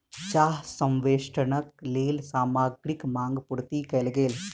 चाह संवेष्टनक लेल सामग्रीक मांग पूर्ति कयल गेल